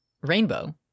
rainbow